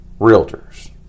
realtors